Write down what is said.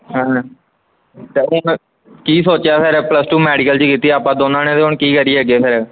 ਹਾਂ ਕੀ ਸੋਚਿਆ ਫਿਰ ਪਲੱਸ ਟੂ ਮੈਡੀਕਲ 'ਚ ਕੀਤੀ ਆ ਆਪਾਂ ਦੋਨਾਂ ਨੇ ਫਿਰ ਹੁਣ ਕੀ ਕਰੀਏ ਅੱਗੇ ਫਿਰ